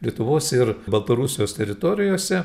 lietuvos ir baltarusijos teritorijose